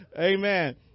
Amen